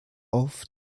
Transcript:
auf